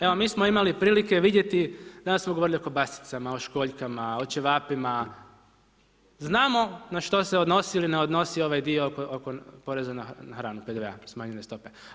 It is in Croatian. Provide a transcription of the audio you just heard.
Evo mi smo imali prilike vidjeti, danas smo govorili o kobasicama, o školjkama, o ćevapima, znamo na što se odnosi ili ne odnosi ovaj dio oko poreza na hranu, PDV-a, smanjene stope.